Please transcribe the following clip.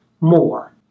more